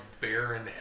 barren